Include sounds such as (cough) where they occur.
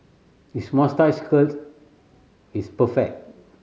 his moustache (unintelligible) curl is perfect